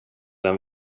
den